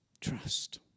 trust